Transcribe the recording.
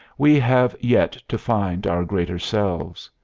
we have yet to find our greater selves.